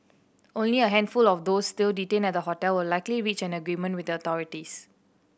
only a handful of those still detained at the hotel will likely reach an agreement with authorities